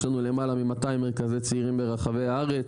יש לנו למעלה מ-200 מרכזי צעירים ברחבי הארץ.